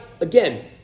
again